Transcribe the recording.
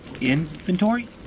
Inventory